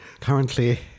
currently